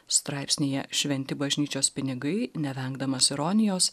straipsnyje šventi bažnyčios pinigai nevengdamas ironijos